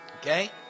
Okay